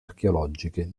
archeologiche